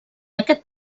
aquest